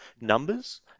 numbers